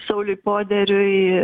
sauliui poderiui